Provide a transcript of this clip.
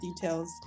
details